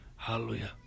Hallelujah